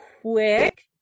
quick